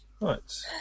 Right